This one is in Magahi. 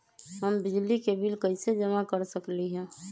हम बिजली के बिल कईसे जमा कर सकली ह?